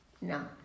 No